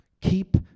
Keep